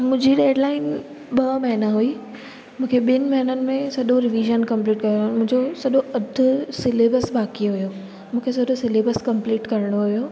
मुंहिंजी डेडलाइन ॿ महीना हुई मूंखे ॿिनि महीननि में सॼो रिविज़न कम्पलीट कयो मुंहिंजो सॼो अधि सिलेबस बाक़ी हुयो मूंखे सॼो सिलेबस कम्पलीट करणो हुयो